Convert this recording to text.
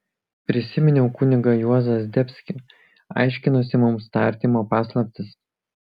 prisiminiau kunigą juozą zdebskį aiškinusį mums tardymo paslaptis